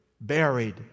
buried